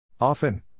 Often